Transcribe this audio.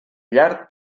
llard